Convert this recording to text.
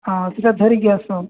ହଁ ସେଇଟା ଧରିକି ଆସ